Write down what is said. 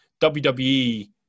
WWE